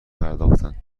پرداختند